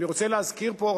אני רוצה להזכיר פה,